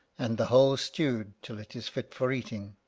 and the whole stewed till it is fit for eating.